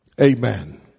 Amen